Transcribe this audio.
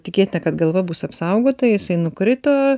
tikėtina kad galva bus apsaugota jisai nukrito